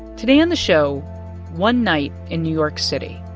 today on the show one night in new york city,